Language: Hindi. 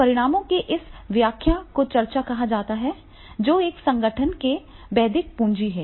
अब परिणामों की इस व्याख्या को चर्चा कहा जाता है जो एक संगठन की बौद्धिक पूंजी है